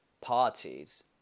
parties